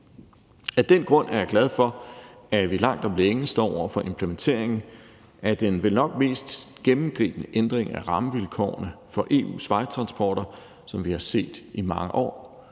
Af den grund er jeg glad for, at vi langt om længe står over for implementeringen af den vel nok mest gennemgribende ændring af rammevilkårene for EU's vejtransporter, som vi har set i mange år,